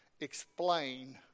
explain